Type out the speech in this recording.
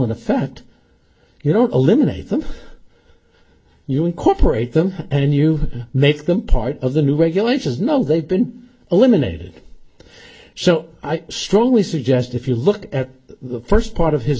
in effect you know eliminate them you incorporate them and you make them part of the new regulations no they've been eliminated so i strongly suggest if you look at the first part of his